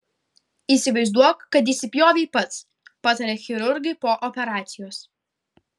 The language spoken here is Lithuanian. įsivaizduok kad įsipjovei pats pataria chirurgai po operacijos